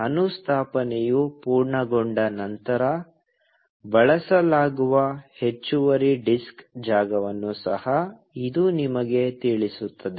ಅನುಸ್ಥಾಪನೆಯು ಪೂರ್ಣಗೊಂಡ ನಂತರ ಬಳಸಲಾಗುವ ಹೆಚ್ಚುವರಿ ಡಿಸ್ಕ್ ಜಾಗವನ್ನು ಸಹ ಇದು ನಿಮಗೆ ತಿಳಿಸುತ್ತದೆ